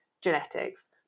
genetics